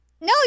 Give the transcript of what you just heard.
No